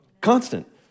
Constant